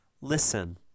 Listen